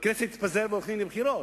הכנסת תתפזר והולכים לבחירות.